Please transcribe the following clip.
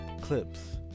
clips